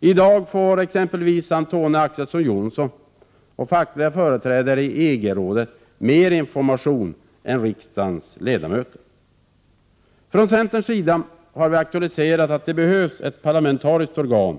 I dag får exempelvis Antonia Axelsson Johnson och fackliga företrädare i EG-rådet mer information än riksdagens ledamöter. Från centerns sida har vi aktualiserat att det behövs ett parlamentariskt organ.